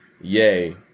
yay